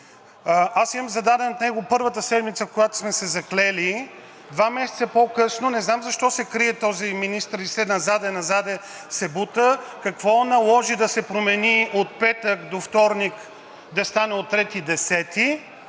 Аз имам зададен въпрос към него първата седмица, когато сме се заклели. Два месеца по-късно не знам защо се крие този министър и все назад, назад се бута. Какво наложи да се промени от петък до вторник да стане от трети десети?